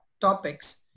topics